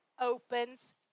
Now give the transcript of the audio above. opens